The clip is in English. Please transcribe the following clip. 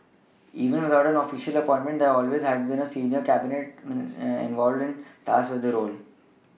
even without an official appointment there had always been a senior Cabinet environment tasked with the role